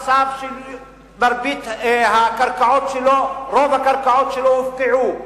מצב שמרבית הקרקעות שלו, רוב הקרקעות שלו הופקעו,